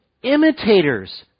imitators